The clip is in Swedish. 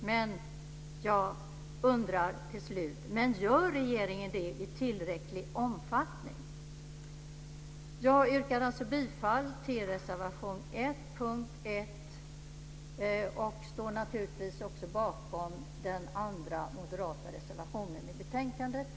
Jag undrar till slut: Men gör regeringen det i tillräcklig omfattning? Jag yrkar alltså bifall till reservation 1 under punkt 1 men står naturligtvis också bakom den andra moderata reservationen i betänkandet.